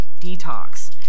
detox